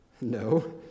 No